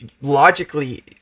logically